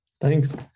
thanks